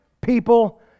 people